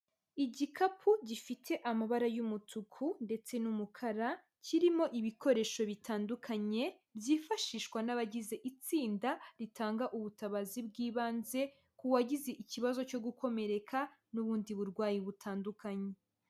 Igikapu gifite amabara y'umutuku ndetse n'umukara, kirimo ibikoresho bitandukanye, byifashishwa n'abagize itsinda ritanga ubutabazi bw'ibanze, ku wagize ikibazo cyo gukomereka n'ubundi burwayi butandukanye.